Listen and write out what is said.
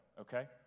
okay